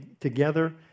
together